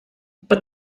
but